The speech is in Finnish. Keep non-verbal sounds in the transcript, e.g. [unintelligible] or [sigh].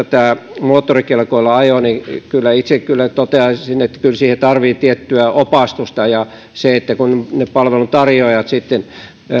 [unintelligible] tämä moottorikelkoilla ajo niin itse toteaisin että kyllä siihen tarvitsee tiettyä opastusta kun palveluntarjoajat sitten